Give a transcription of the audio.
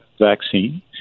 vaccine